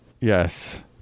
Yes